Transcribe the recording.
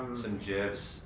some gifs